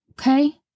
okay